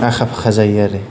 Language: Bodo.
आखा फाखा जायो आरो